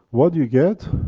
what you get